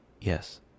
Yes